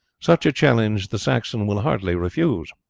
such a challenge the saxon will hardly refuse.